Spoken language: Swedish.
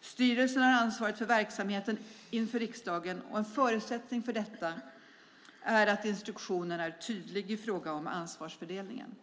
Styrelsen har ansvaret för verksamheten inför riksdagen. En förutsättning för detta ansvar är att instruktionen är tydlig i fråga om arbetsfördelningen.